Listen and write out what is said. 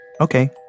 Okay